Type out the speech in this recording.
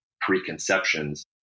preconceptions